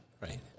Right